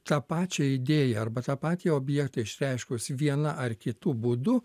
tą pačią idėją arba tą patį objektą išreiškus viena ar kitu būdu